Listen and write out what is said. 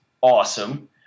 awesome